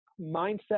mindset